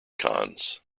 cons